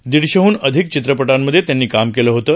दीडशेहन अधिक चित्रपटांमधे त्यांनी काम केलं होतं